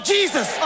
Jesus